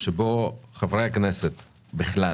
שבו חברי הכנסת בכלל